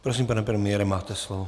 Prosím, pane premiére, máte slovo.